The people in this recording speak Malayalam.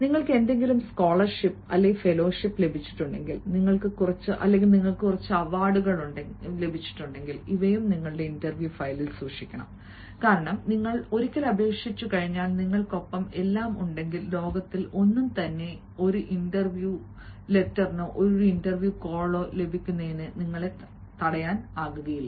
നിങ്ങൾക്ക് എന്തെങ്കിലും സ്കോളർഷിപ്പ് ഫെലോഷിപ്പ് ലഭിച്ചിട്ടുണ്ടെങ്കിൽ നിങ്ങൾക്ക് കുറച്ച് അവാർഡ് ലഭിച്ചു ഇവയും നിങ്ങളുടെ ഇന്റർവ്യൂ ഫയലിൽ സൂക്ഷിക്കണം കാരണം നിങ്ങൾ ഒരിക്കൽ അപേക്ഷിച്ചുകഴിഞ്ഞാൽ നിങ്ങൾക്കൊപ്പം എല്ലാ ഉണ്ടെങ്കിൽ ലോകത്തിൽ ഒന്നും തന്നെ ഒരു ഇന്റർവ്യൂ ലെറ്ററോ ഇന്റർവ്യൂ കോളോ ലഭിക്കുന്നത് തടയാൻ കഴിയില്ല